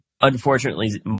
unfortunately